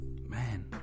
Man